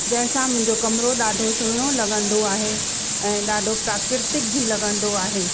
जंहिंसां मुंहिंजो कमिरो ॾाढो सुहिणो लॻंदो आहे ऐं ॾाढो प्राकृतिक बि लॻंदो आहे